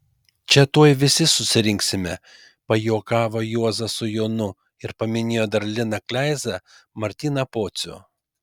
čia tuoj visi susirinksime pajuokavo juozas su jonu ir paminėjo dar liną kleizą martyną pocių